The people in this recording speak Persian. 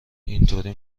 اینطوری